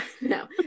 No